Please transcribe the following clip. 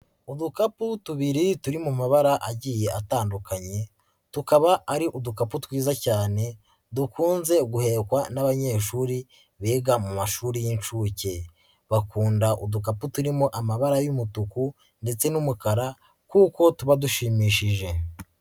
Udukapu tubiri turi mu mabara agiye atandukanye tukaba ari udukapu twiza cyane dukunze guhekwa n'abanyeshuri biga mu mashuri y'inshuke, bakunda udukapu turimo amabara y'umutuku ndetse n'umukara kuko tuba dushimishije.